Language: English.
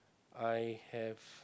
I have